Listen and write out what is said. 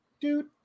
dude